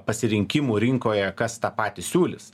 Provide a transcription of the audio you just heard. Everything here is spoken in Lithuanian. pasirinkimų rinkoje kas tą patį siūlys